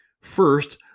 First